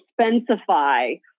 Expensify